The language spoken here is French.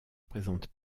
présente